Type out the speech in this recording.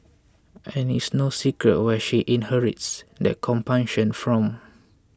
and it's no secret where she inherits that compunction from